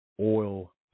oil